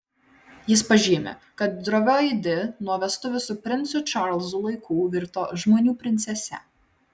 jis pažymi kad drovioji di nuo vestuvių su princu čarlzu laikų virto žmonių princese